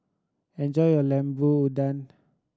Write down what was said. enjoy your Lemper Udang